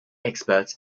experts